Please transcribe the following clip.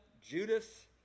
Judas